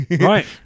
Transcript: right